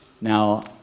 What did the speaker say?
Now